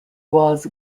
was